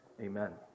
Amen